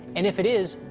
and if it is,